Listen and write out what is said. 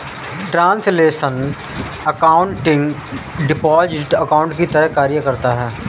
translational accounting deposit account की तरह कार्य करता है